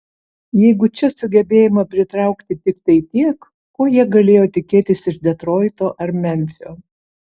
jeigu čia sugebėjome pritraukti tiktai tiek ko jie galėjo tikėtis iš detroito ar memfio